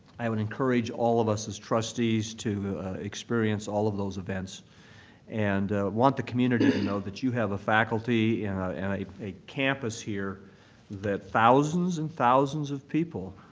i would encourage all of us as trustees to experience all of those events and want the community to know that you have a faculty and a campus here that thousands and thousands of people